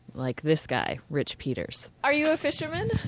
like this guy, rich peters. are you a fisherman?